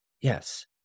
Yes